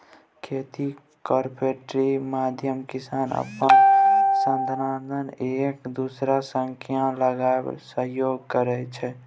खेतीक कॉपरेटिव माध्यमे किसान अपन साधंश एक दोसरा संग लगाए सहयोग करै छै